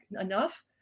enough